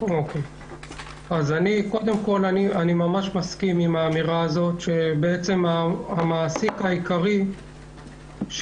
אני ממש מסכים עם האמירה הזאת, שהמעסיק העיקרי של